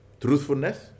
truthfulness